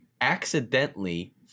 accidentally